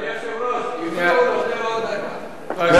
אדוני היושב-ראש, תן לו עוד דקה.